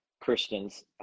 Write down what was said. Christians